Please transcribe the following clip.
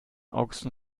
ochsen